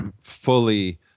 fully